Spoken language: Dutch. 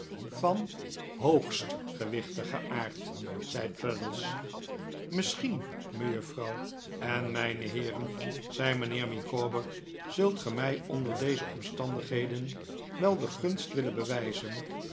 van hoogst gewichtigen aard zei traddles misschien mejuffrouw en mijne heeren zei mijnheer micawber zult ge mij onder deze omstandigheden wel de gunst willen bewijzen